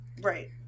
Right